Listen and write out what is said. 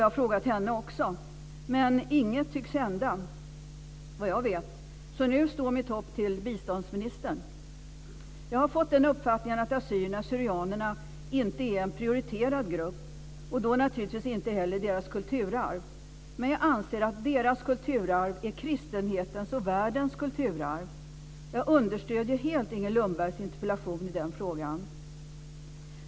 Jag har frågat henne också, men ingenting tycks såvitt jag vet hända. Nu står mitt hopp till biståndsministern. Jag har fått den uppfattningen att assyrier/syrianerna inte är en prioriterad grupp, och då naturligtvis inte heller deras kulturarv. Men jag anser att deras kulturarv är kristenhetens och världens kulturarv. Jag understöder helt Inger Lundbergs interpellation i den frågan.